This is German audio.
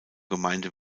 gemeinde